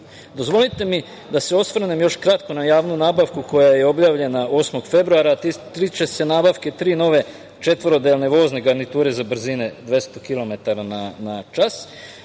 cele. Dozvolite mi da se osvrnem još kratko na javnu nabavku koja je objavljena 8. februara. Tiče se nabavke tri nove četvorodelne vozne garniture za brzine 200 kilometara